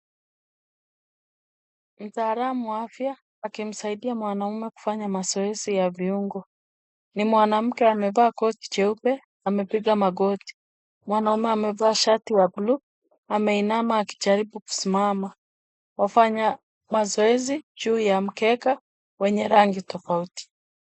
Mtaalamu wa afya akimsaidia mwanamume kufanya mazoezi ya viungo. Ni mwanamke amevaa koti jeupe amepiga magoti. Mwanamume amevaa shati wa bluu, ameinama akijaribu kusimama. Wafanya mazoezi juu ya mkeka wenye rangi tofauti.